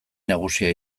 nagusia